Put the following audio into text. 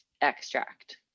extract